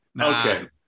Okay